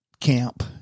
camp